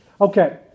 okay